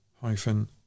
hyphen